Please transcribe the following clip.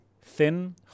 thin